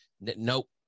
nope